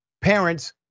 Parents